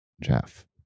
Jeff